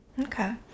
okay